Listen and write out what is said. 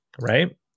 Right